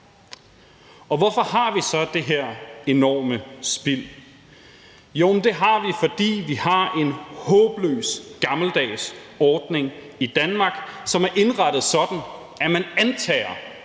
Hvorfor har vi så det her enorme spild? Jo, det har vi, fordi vi har en håbløs gammeldags ordning i Danmark, som er indrettet sådan, at man antager,